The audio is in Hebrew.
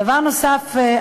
דבר נוסף,